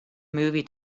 movie